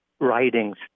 writings